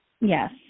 Yes